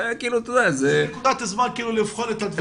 אתה יודע, זה --- זו נקודת זמן לבחון את הדברים.